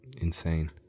Insane